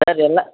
sir ಎಲ್ಲ